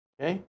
okay